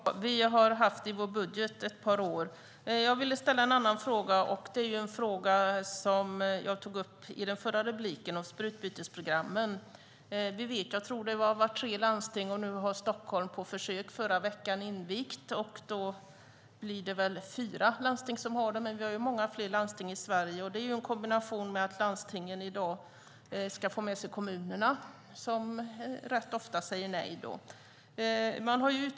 Herr talman! Vi har haft den frågan med i vår budget ett par år. Jag vill ställa en fråga som jag tog upp i mitt förra replikskifte om sprututbytesprogrammen. Sådana program finns i tre landsting, och nu invigdes i förra veckan ett program på försök i Stockholm. Då blir det fyra landsting som har dessa program. Men det finns många fler landsting i Sverige. Här är det fråga om att landstingen i dag måste få med sig kommunerna, som rätt ofta säger nej.